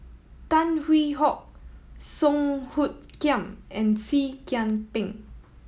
Tan Hwee Hock Song Hoot Kiam and Seah Kian Peng